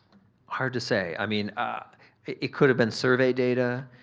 hard to say. i mean it could have been survey data.